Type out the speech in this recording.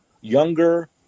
younger